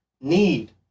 need